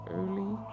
early